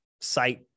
site